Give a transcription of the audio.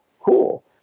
cool